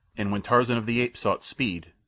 and when tarzan of the apes sought speed,